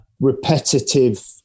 repetitive